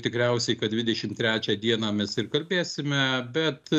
tikriausiai kad dvidešim trečią dieną mes ir kalbėsime bet